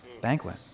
banquet